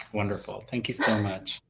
wonderful. thank you so much.